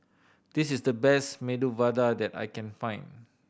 this is the best Medu Vada that I can find